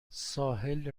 ساحل